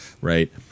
right